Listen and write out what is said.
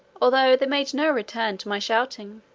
although they made no return to my shouting.